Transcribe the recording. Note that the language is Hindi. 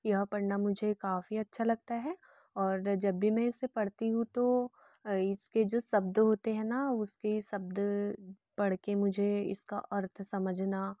यह पढ़ना मुझे काफ़ी अच्छा लगता है और जब भी मैं इसे पढ़ती हूँ तो इसके जो शब्द होते हैं ना उसके शब्द पढ़ कर मुझे इसका अर्थ समझना